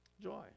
joy